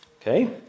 Okay